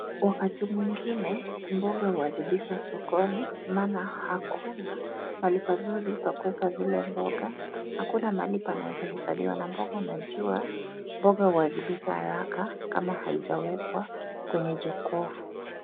Wakati mwingine mboga huharibika sokoni maana hakuna mahali pazuri pa kuweka zile mboga. Hakuna mahali panaweza hifadhiwa na mboga unajua mboga huharibika haraka kama haijawekwa kwenye jokofu.